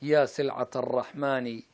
yes a lot of money